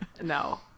no